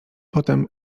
potem